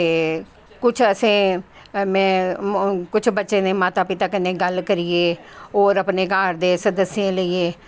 ते कुश असैं में कुश बच्चें दे माता पिता कन्नैं गल्ल करियै होर अपनें घर दे सदस्यें गी लेईयै